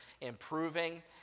improving